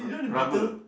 r~ rubber